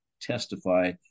testify